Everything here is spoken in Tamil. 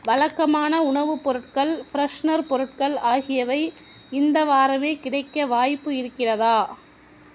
வழக்கமான உணவு பொருட்கள் ஃப்ரெஷனர் பொருட்கள் ஆகியவை இந்த வாரமே கிடைக்க வாய்ப்பு இருக்கிறதா